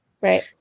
right